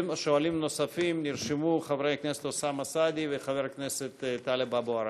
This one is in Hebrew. שואלים נוספים נרשמו: חבר הכנסת אוסאמה סעדי וחבר הכנסת טלב אבו עראר.